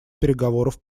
переговоров